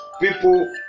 people